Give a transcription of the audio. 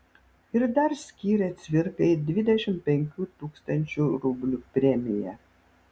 ir dar skyrė cvirkai dvidešimt penkių tūkstančių rublių premiją